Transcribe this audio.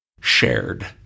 shared